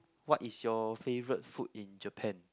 what is your favourite food in Japan